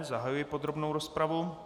Zahajuji podrobnou rozpravu.